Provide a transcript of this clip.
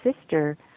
sister